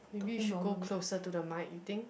maybe you should go closer to the mic you think